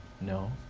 No